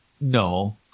No